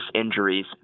injuries